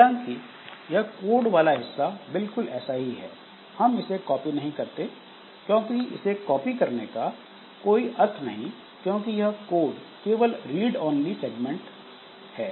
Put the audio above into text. हालांकि यह कोड वाला हिस्सा बिल्कुल ऐसा ही है हम इसे कॉपी नहीं करते क्योंकि इसे कॉपी करने का कोई अर्थ नहीं क्योंकि यह कोड केवल रीड ओनली सेगमेंट है